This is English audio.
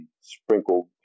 sprinkled